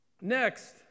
Next